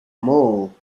mall